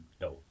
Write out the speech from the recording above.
no